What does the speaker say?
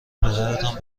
پدرتان